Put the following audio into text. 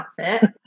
outfit